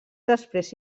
després